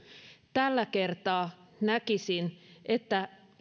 tällä kertaa näkisin että